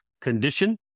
condition